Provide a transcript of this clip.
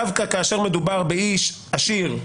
דווקא כאשר מדובר באיש עשיר,